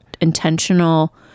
Intentional